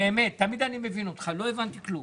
תמיד אני מבין אותך, לא הבנתי כלום.